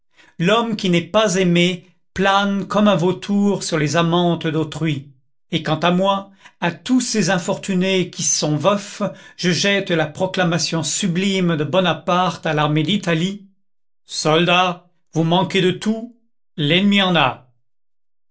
l'homme qui n'est pas aimé plane comme un vautour sur les amantes d'autrui et quant à moi à tous ces infortunés qui sont veufs je jette la proclamation sublime de bonaparte à l'armée d'italie soldats vous manquez de tout l'ennemi en a